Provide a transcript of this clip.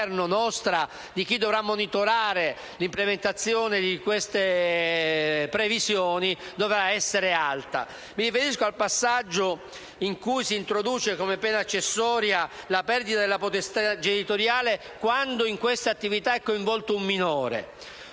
del Governo, nostra e di chi dovrà monitorare l'implementazione di queste previsioni, dovrà essere alta. Mi riferisco al passaggio in cui si introduce come pena accessoria la perdita della potestà genitoriale quando in questa attività è coinvolto un minore.